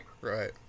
Right